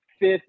fifth